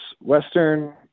western